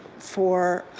for